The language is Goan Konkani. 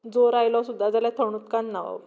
जोर आयलो सुद्दां जाल्यार थंड उदकान न्हांवप